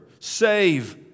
save